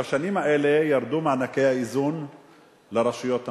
בשנים האלה ירדו מענקי האיזון לרשויות המקומיות.